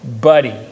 buddy